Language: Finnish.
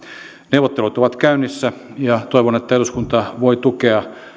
neuvottelut ovat käynnissä ja toivon että eduskunta voi tukea